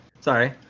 sorry